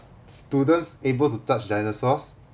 students able to touch dinosaurs